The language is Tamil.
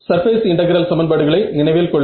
சர்பேஸ் இன்டெகிரல் சமன்பாடுகளை நினைவில் கொள்ளுங்கள்